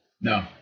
No